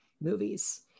movies